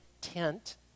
tent